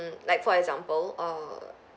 mm like for example err